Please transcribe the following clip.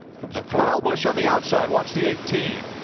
kyle busch on the outside. watch the eighteen.